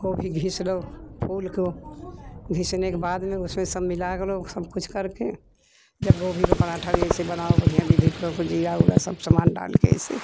गोभी घिस लो फूल को घिसने के बाद में उसमें सब मिला लो सब कुछ कर के जब गोभी का पराठा भी ऐसे बनाओ बढ़िया बिधि प्रॉपर ज़ीरा उरा सब समान डाल के ऐसे